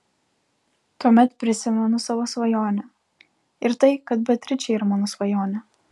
tuomet prisimenu savo svajonę ir tai kad beatričė yra mano svajonė